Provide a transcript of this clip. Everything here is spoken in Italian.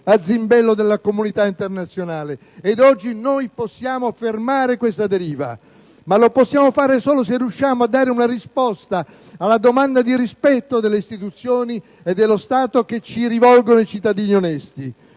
a zimbello della comunità internazionale. Oggi noi possiamo fermare questa deriva, ma lo possiamo fare solo se riusciamo a dare una risposta alla domanda di rispetto delle istituzioni e dello Stato che ci rivolgono i cittadini onesti.